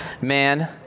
man